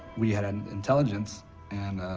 we had an intelligence and,